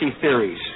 theories